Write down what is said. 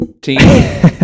team